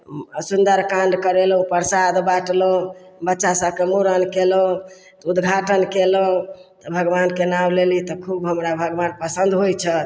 सुन्दरकाण्ड करेलहुॅं प्रसाद बाँटलहुॅं बच्चा सभके मुड़न केलौ तऽ उद्घाटन केलौ तऽ भगबान के नाउ लेली तऽ खूब हमरा भगबान पसन्द होइ छै